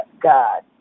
God